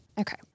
Okay